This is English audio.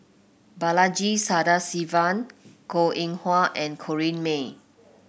Balaji Sadasivan Goh Eng Wah and Corrinne May